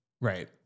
Right